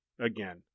Again